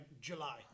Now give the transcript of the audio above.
July